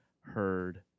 heard